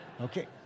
Okay